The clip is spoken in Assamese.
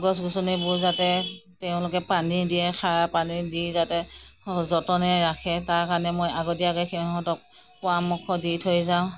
গছ গছনিবোৰ যাতে তেওঁলোকে পানী দিয়ে সাৰ পানী দি যাতে সযতনে ৰাখে তাৰ কাৰণে মই আগতীয়াকৈ সিহঁতক পৰামৰ্শ দি থৈ যাওঁ